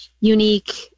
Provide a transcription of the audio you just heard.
unique